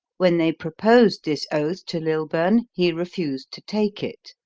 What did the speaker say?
when they proposed this oath to lilburne, he refused to take it.